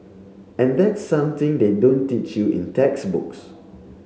and that's something they don't teach you in textbooks